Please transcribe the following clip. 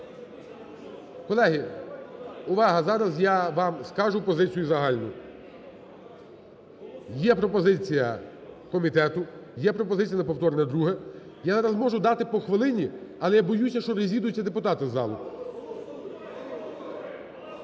колеги, увага. Зараз я вам скажу позицію загальну. Є пропозиція комітету, є пропозиція на повторне друге. Я зараз можу дати по хвилині, але я боюся, що розійдуться депутаті із залу.